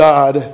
God